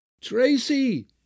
Tracy